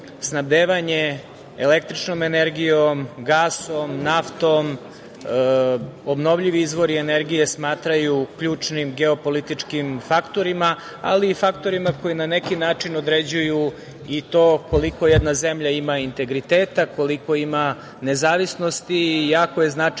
snabdevanje električnom energijom, gasom, naftom, obnovljivi izvori energije smatraju ključnim geopolitičkim faktorima, ali i faktorima koji na neki način određuju i to koliko jedna zemlja ima integriteta, koliko ima nezavisnosti. Jako je značajno